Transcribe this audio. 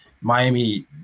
Miami